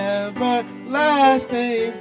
everlasting